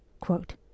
Quote